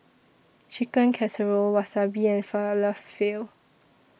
Chicken Casserole Wasabi and Falafel